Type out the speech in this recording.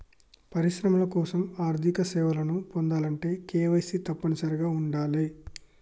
పరిశ్రమల కోసం ఆర్థిక సేవలను పొందాలంటే కేవైసీ తప్పనిసరిగా ఉండాలే